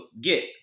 get